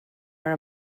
are